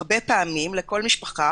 הרבה פעמים לכל משפחה